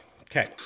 Okay